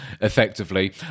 effectively